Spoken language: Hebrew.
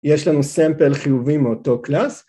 ‫יש לנו סמפל חיובי מאותו קלאס.